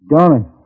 Darling